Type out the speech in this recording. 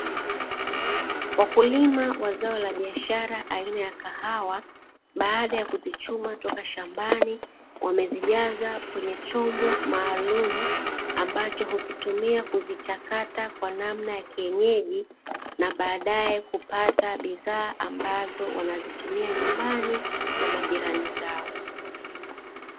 Wakulima wa zao la biashara aina ya kahawa, baada ya kuzichuma kutoka shambani wamezijaza kwenye chombo maalumu ambacho hukitumia kuzichakata kwa namna ya kienyeji, na baadaye kupata bidhaa ambazo wanazitumia nyumbani na majirani zao.